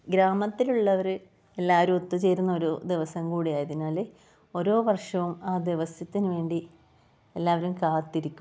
ഗ്രാമത്തിലുള്ളവർ എല്ലാവരും ഒത്തുചേരുന്ന ഒരു ദിവസം കൂടി ആയതിനാൽ ഓരോ വർഷവും ആ ദിവസത്തിനുവേണ്ടി എല്ലാവരും കാത്തിരിക്കും